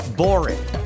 boring